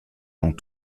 dans